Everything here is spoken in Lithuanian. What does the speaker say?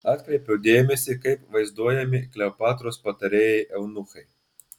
atkreipiau dėmesį kaip vaizduojami kleopatros patarėjai eunuchai